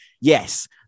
yes